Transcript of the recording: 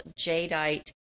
jadeite